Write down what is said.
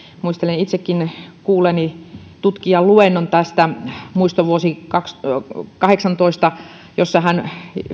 muistelen itsekin kuulleeni tutkijan luennon tästä muistovuodesta kaksituhattakahdeksantoista jossa hän